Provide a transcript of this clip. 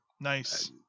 Nice